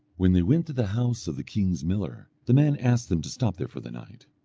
when they went to the house of the king's miller, the man asked them to stop there for the night.